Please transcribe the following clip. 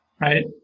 right